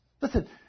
Listen